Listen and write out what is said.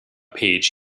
page